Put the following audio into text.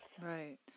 Right